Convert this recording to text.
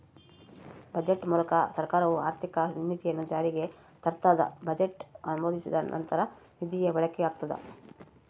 budget ಮೂಲಕ ಸರ್ಕಾರವು ಆರ್ಥಿಕ ನೀತಿಯನ್ನು ಜಾರಿಗೆ ತರ್ತದ ಬಜೆಟ್ ಅನುಮೋದಿಸಿದ ನಂತರ ನಿಧಿಯ ಬಳಕೆಯಾಗ್ತದ